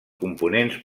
components